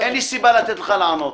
אין לי סיבה לתת לך לענות.